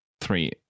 Three